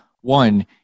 One